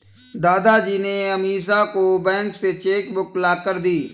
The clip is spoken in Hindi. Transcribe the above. दादाजी ने अमीषा को बैंक से चेक बुक लाकर दी